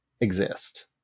exist